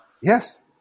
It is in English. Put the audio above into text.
Yes